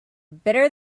better